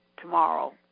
tomorrow